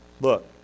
look